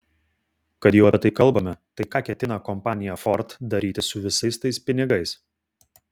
kad jau apie tai kalbame tai ką ketina kompanija ford daryti su visais tais pinigais